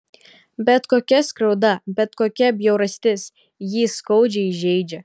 bet kokia skriauda bet kokia bjaurastis jį skaudžiai žeidžia